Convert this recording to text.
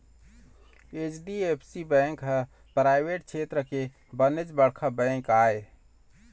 HDFC bank ह private छेत्र के बनेच बड़का बेंक आय